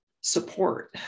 support